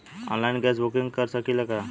Online gas book कर सकिले की?